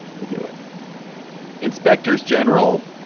we'll do it inspectors general.